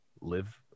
live